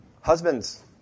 Husbands